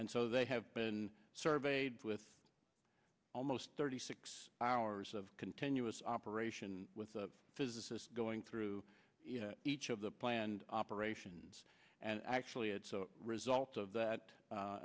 and so they have been surveyed with almost thirty six hours of continuous operation with a physicist going through each of the planned operations and actually it's a result of that